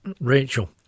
Rachel